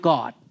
God